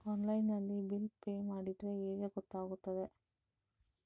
Online ನಲ್ಲಿ bill pay ಮಾಡಿದ್ರೆ ಹೇಗೆ ಗೊತ್ತಾಗುತ್ತದೆ?